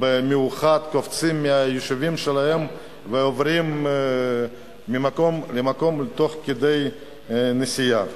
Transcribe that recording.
במיוחד קופצים מהמושבים שלהם ועוברים ממקום למקום תוך כדי נסיעה,